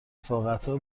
رفاقتا